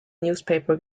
newspaper